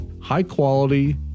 high-quality